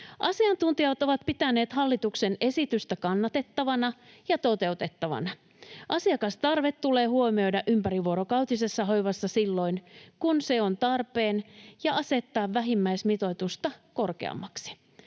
Asiantuntijat ovat pitäneet hallituksen esitystä kannatettavana ja toteutettavana. Asiakastarve tulee huomioida ympärivuorokautisessa hoivassa silloin, kun se on tarpeen, ja asettaa vähimmäismitoitusta korkeammaksi.